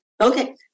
okay